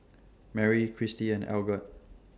Merrie Cristy and Algot